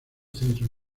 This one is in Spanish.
centro